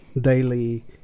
daily